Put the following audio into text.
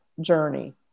journey